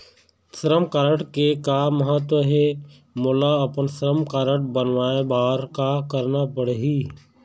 श्रम कारड के का महत्व हे, मोला अपन श्रम कारड बनवाए बार का करना पढ़ही?